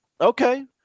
Okay